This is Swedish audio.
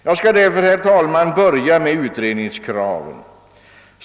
Jag skall, herr talman, börja med utredningskravet.